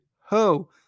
ho